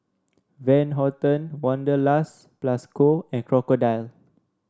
Van Houten Wanderlust Plus Co and Crocodile